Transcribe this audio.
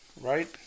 right